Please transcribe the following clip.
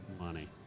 money